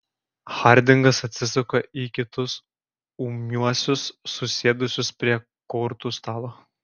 hardingas atsisuka į kitus ūmiuosius susėdusius prie kortų stalo